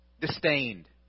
disdained